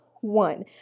one